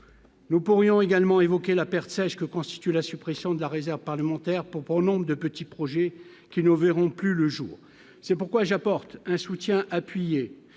Nous pourrions également évoqué la perte sèche que constitue la suppression de la réserve parlementaire pour pour nombre de petits projets qui ne verront plus le jour, c'est pourquoi j'apporte un soutien appuyé